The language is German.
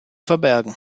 verbergen